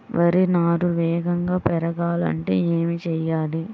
వరి నారు వేగంగా పెరగాలంటే ఏమి చెయ్యాలి?